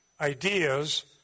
ideas